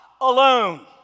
alone